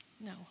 No